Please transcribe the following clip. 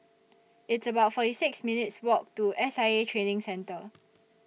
It's about forty six minutes' Walk to S I A Training Centre